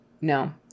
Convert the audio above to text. No